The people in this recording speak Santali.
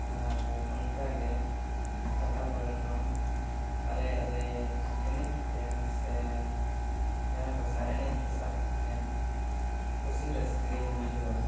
ᱟᱨ ᱚᱱᱠᱟ ᱜᱮ ᱯᱟᱴᱟ ᱠᱚᱨᱮ ᱦᱚᱸ ᱟᱞᱮ ᱟᱞᱮ ᱮᱱᱮᱡ ᱠᱟᱛᱮᱱ ᱥᱮ ᱡᱟᱦᱟᱸ ᱠᱚ ᱥᱟᱶ ᱮᱱᱮᱡ ᱠᱚ ᱥᱟᱯ ᱠᱟᱛᱮᱱ ᱠᱩᱥᱤ ᱨᱟᱹᱥᱠᱟᱹᱧ ᱵᱩᱡᱷᱟᱹᱣᱟ